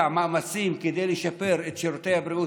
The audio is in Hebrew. מאמצים כדי לשפר את שירותי הבריאות,